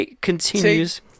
continues